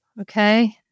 Okay